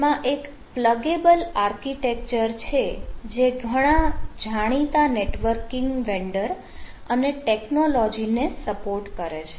તેમાં એક pluggable architecture છે જે ઘણા જાણીતા નેટવર્કિંગ વેન્ડર અને ટેકનોલોજી ને સપોર્ટ કરે છે